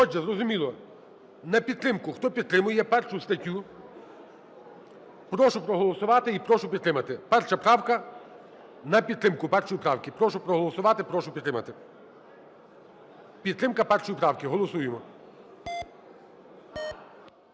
Отже, зрозуміло, на підтримку. Хто підтримує першу статтю, прошу проголосувати і прошу підтримати. Перша правка, на підтримку першої правки. Прошу проголосувати, прошу підтримати. Підтримка першої правки, голосуємо.